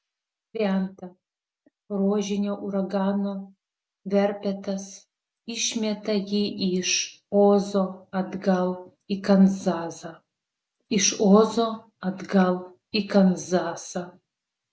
krenta rožinio uragano verpetas išmeta jį iš ozo atgal į kanzasą iš ozo atgal į kanzasą